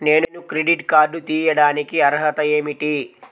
నేను credit card తీయడానికి అర్హత ఏమిటి?